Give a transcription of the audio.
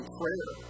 prayer